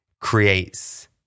creates